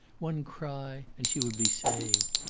one cry, and she would be saved.